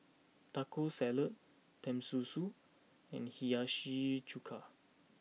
Taco Salad Tenmusu and Hiyashi Chuka